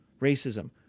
racism